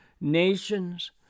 nations